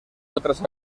otras